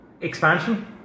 expansion